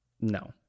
no